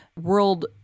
world